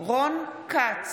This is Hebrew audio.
רון כץ,